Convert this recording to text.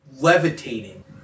levitating